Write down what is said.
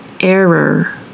Error